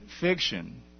fiction